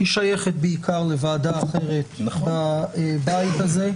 היא שייכת בעיקר לוועדה אחרת בבית הזה.